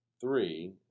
three